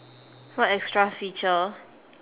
what extra feature